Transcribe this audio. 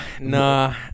Nah